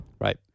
right